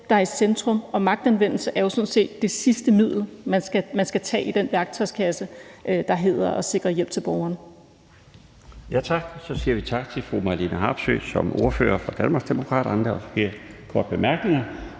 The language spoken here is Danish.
der er i centrum, og magtanvendelse er jo sådan set det sidste middel, man skal tage op af den værktøjskasse, der handler om at sikre hjælp til borgerne. Kl. 19:24 Den fg. formand (Bjarne Laustsen): Så siger vi tak til fru Marlene Harpsøe som ordfører for Danmarksdemokraterne. Der er ikke flere korte bemærkninger.